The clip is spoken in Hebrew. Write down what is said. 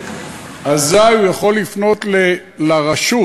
אזי הוא יכול לפנות לרשות,